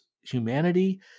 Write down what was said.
humanity